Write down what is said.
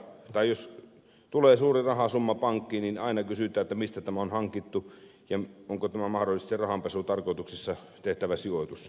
elikkä jos tulee suuri rahasumma pankkiin niin aina kysytään mistä tämä on hankittu ja onko tämä mahdollisesti rahanpesutarkoituksessa tehtävä sijoitus